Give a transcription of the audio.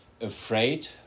afraid